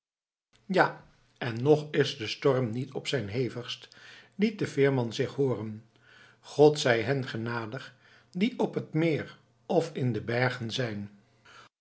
ja en nog is de storm niet op zijn hevigst liet de veerman zich hooren god zij hen genadig die op het meer of in de bergen zijn